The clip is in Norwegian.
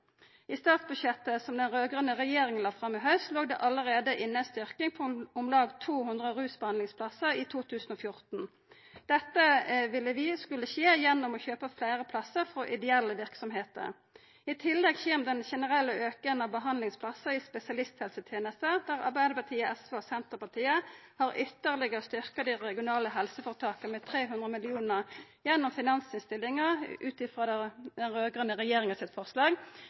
I statsbudsjettet som den raud-grøne regjeringa la fram i haust, låg det allereie inne ei styrking på om lag 200 rusbehandlingsplassar i 2014. Dette ville vi skulle skje gjennom å kjøpa fleire plassar frå ideelle verksemder. I tillegg kjem den generelle auken av behandlingsplassar i spesialisthelsetenesta, der Arbeidarpartiet, SV og Senterpartiet har styrkt dei regionale helseføretaka ytterlegare med 300 mill. kr gjennom finansinnstillinga ut frå den raud-grøne regjeringa sitt forslag